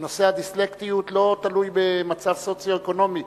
שנושא הדיסלקציה לא תלוי במצב סוציו-אקונומי.